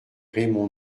raymond